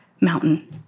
mountain